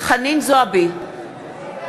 דיון בנושא הצעת חוק הביטוח הלאומי (תיקון מס'